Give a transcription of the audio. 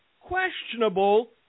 questionable